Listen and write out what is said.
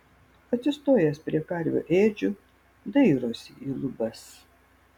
atsistojęs prie karvių ėdžių dairosi į lubas